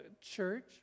church